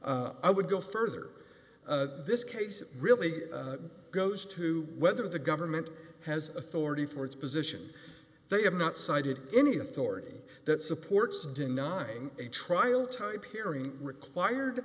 s i would go further this case really goes to whether the government has authority for its position they have not cited any authority that supports denying a trial type hearing required